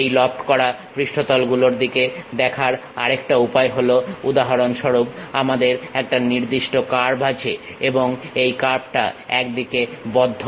এই লফট করা পৃষ্ঠতল গুলোর দিকে দেখার আরেকটা উপায় হলো উদাহরণ স্বরূপ আমাদের একটা নির্দিষ্ট কার্ভ আছে এই কার্ভটা একদিকে বদ্ধ